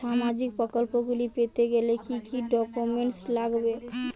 সামাজিক প্রকল্পগুলি পেতে গেলে কি কি ডকুমেন্টস লাগবে?